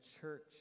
church